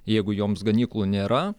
jeigu joms ganyklų nėra